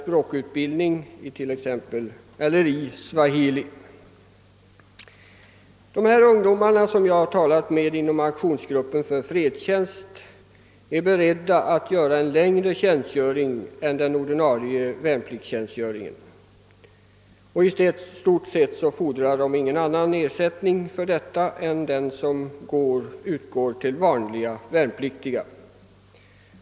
De ungdomar inom Aktionsgruppen för fredstjänst, som jag har talat med, är beredda att göra en längre tjänstgöring än den ordinarie värnpliktstjänstgöringen och fordrar i stort sett ingen annan ersättning än den som utgår till vanliga värnpliktiga.